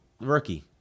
Rookie